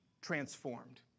transformed